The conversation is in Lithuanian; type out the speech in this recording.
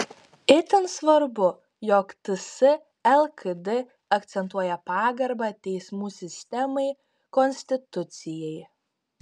itin svarbu jog ts lkd akcentuoja pagarbą teismų sistemai konstitucijai